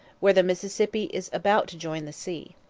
where the mississippi is about to join the sea.